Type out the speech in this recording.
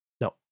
No